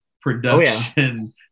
production